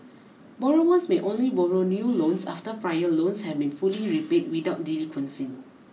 borrowers may only borrow new loans after prior loans have been fully repaid without delinquency